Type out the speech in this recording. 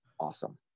awesome